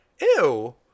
ew